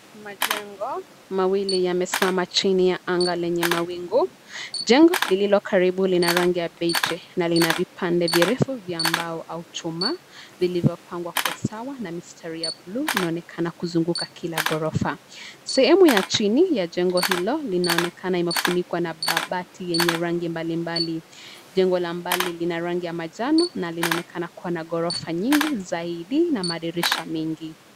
Majengo mawili yamesimama chini ya anga lenye mawingu. Jengo lililo karibu lina rangi ya beige na lina vipande virefu vya mbao au chuma vilivyopangwa kwa usawa na mistari ya blue inaonekana kuzunguka kila ghorofa. Sehemu ya chini ya jengo hilo linaonekana imefunikwa na mabati yenye rangi mbalimbali. Jengo la mbali lina rangi ya manjano na linaonekana kuwa na ghorofa nyingi zaidi na madirisha mengi.